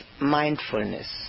mindfulness